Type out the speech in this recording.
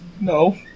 No